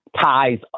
ties